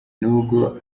nubwo